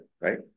right